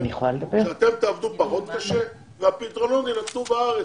שאתם תעבדו פחות קשה והפתרונות יינתנו בארץ